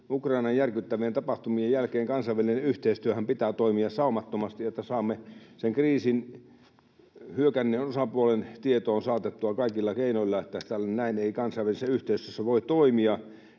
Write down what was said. Ukrainan järkyttävien tapahtumien jälkeen kansainvälisen yhteistyönhän pitää toimia saumattomasti, että saamme hyökänneen osapuolen tietoon saatettua kaikilla keinoilla, että näin ei kansainvälisessä yhteisössä voi toimia.